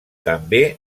també